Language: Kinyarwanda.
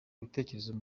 ibitekerezo